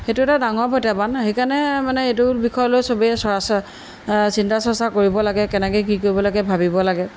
সেইটো এটা ডাঙৰ প্ৰত্যাহ্বান সেইকাৰণে মানে এইটো বিষয়লৈ চবেই চৰ্চা চিন্তা চৰ্চা কৰিব লাগে কেনেকৈ কি কৰিব লাগে ভাবিব লাগে